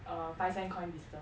a five cent coin blister